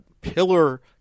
pillar